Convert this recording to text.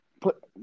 put